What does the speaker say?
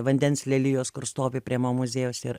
vandens lelijos kur stovi prie mo muziejaus ir